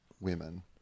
women